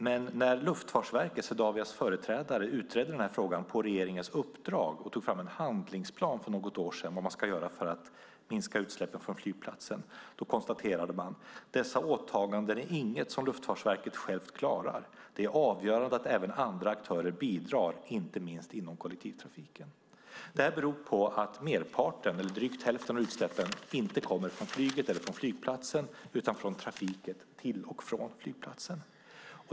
Men när Luftfartsverket, Swedavias företrädare, utredde frågan på regeringens uppdrag och för något år sedan tog fram en handlingsplan för vad man ska göra för att minska utsläppen från flygplatsen konstaterade man: "Dessa åtaganden är inget som LFV självt klarar. Det är avgörande att även andra aktörer bidrar, inte minst inom kollektivtrafiken." Det här beror på att merparten eller drygt hälften av utsläppen inte kommer från flyget eller från flygplatsen utan från trafiken till och från flygplatsen.